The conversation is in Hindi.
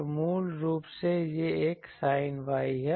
तो मूल रूप से यह एक sin Y है